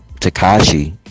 Takashi